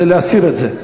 להסיר את זה,